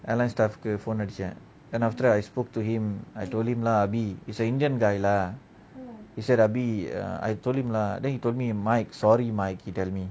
airline staff கு:ku phone அடிச்சான்:adichan then after I spoke to him I told him lah bi is a indian guy lah he said ah bi I told him lah then he told me mike sorry mike he tell me